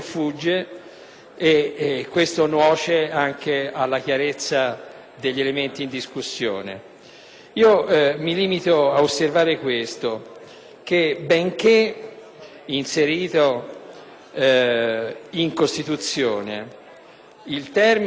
questo nuoce anche alla chiarezza degli elementi in discussione. Mi limito ad osservare che, benché inserito in Costituzione, il termine